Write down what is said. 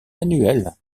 annuelles